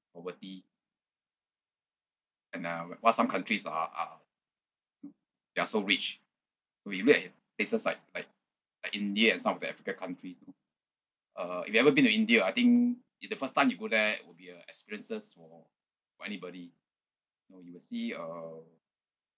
poverty and uh why some countries are are they're so rich when you look at places like like like india and some of the african countries uh if you ever been to india ah I think if the first time you go it will be a experiences for anybody you know you will see uh